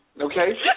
okay